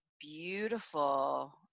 beautiful